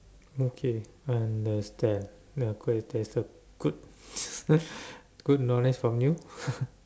okay understand ya quite that's a good good knowledge from you